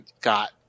got